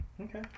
Okay